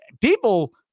people